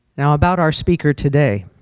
now about our speaker today.